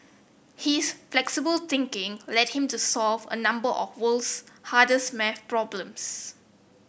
his flexible thinking led him to solve a number of world's hardest maths problems